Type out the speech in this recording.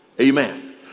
Amen